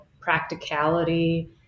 practicality